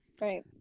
Right